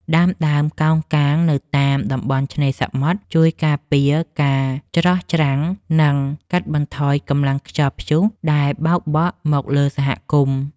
ដាំដើមកោងកាងនៅតាមតំបន់ឆ្នេរសមុទ្រជួយការពារការច្រោះច្រាំង និង កាត់បន្ថយកម្លាំងខ្យល់ព្យុះដែលបោកបក់មកលើសហគមន៍។